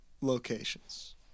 locations